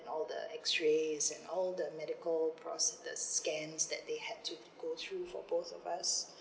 and all the X rays and all the medical process the scan that they had to go through for both of us